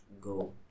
go